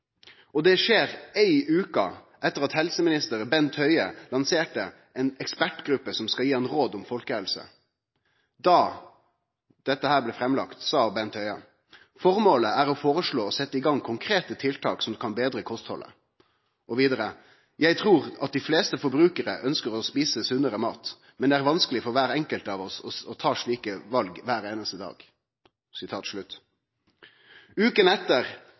og det skjer ei veke etter at helseminister Bent Høie lanserte ei ekspertgruppe som skal gje han råd om folkehelse. Då dette blei framlagt, sa Bent Høie: «Formålet er å foreslå og sette i gang konkrete tiltak som kan bedre kostholdet.» Vidare sa han: «Jeg tror at de fleste forbrukere ønsker å spise sunnere mat. Men det er vanskelig for hver enkelt av oss å ta slike valg hver eneste dag.» Uka etter